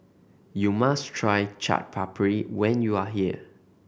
you must try Chaat Papri when you are here